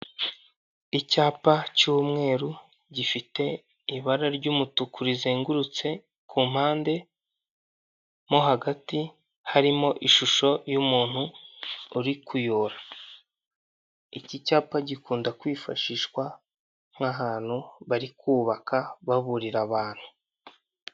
Icyapa cy'umweru gifite ibara ry'umutuku rizengurutse ku mpande, mu hagati harimo ishusho y'umuntu uri kuyora. Iki cyapa gikunda kwifashishwa nk'ahantu bari kubaka baburira abantu.